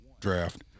draft